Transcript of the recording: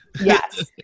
yes